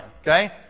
okay